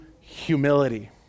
humility